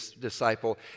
disciple